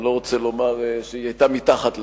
אני לא רוצה לומר שהיא היתה מתחת לדלה.